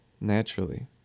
naturally